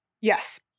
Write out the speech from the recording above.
yes